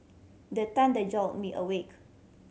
the thunder jolt me awake